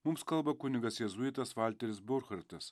mums kalba kunigas jėzuitas valteris borchertas